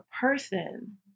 person